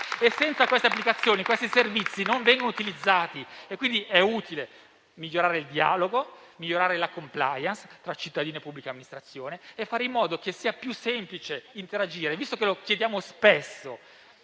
Senza queste applicazioni, questi servizi non vengono utilizzati; quindi è utile migliorare il dialogo, migliorare la *compliance* tra cittadini e pubblica amministrazione e fare in modo che sia più semplice interagire. Visto che chiediamo spesso